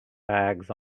bags